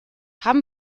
haben